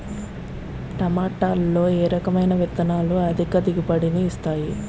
టమాటాలో ఏ రకమైన విత్తనాలు అధిక దిగుబడిని ఇస్తాయి